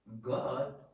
God